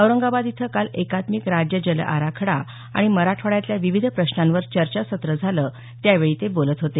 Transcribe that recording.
औरंगाबाद इथं काल एकात्मिक राज्य जल आराखडा आणि मराठवाड्यातल्या विविध प्रश्नांवर चर्चासत्र झालं त्यावेळी ते बोलत होते